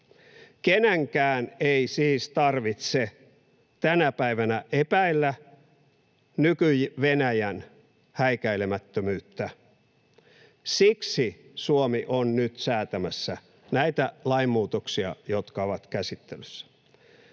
Kenenkään ei siis tarvitse tänä päivänä epäillä nyky-Venäjän häikäilemättömyyttä. Siksi Suomi on nyt säätämässä näitä lainmuutoksia, jotka ovat käsittelyssä.